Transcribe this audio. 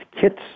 kits